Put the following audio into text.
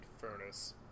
furnace